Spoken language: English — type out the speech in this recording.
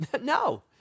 No